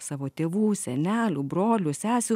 savo tėvų senelių brolių sesių